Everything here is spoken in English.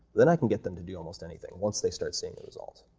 then i can get them to do almost anything once they start seeing the result.